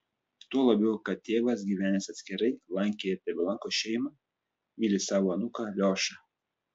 tuo labiau kad tėvas gyvenęs atskirai lankė ir tebelanko šeimą myli savo anūką aliošą